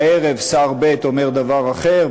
בערב שר ב' אומר דבר אחר,